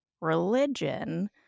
religion